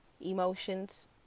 Emotions